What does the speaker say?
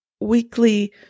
weekly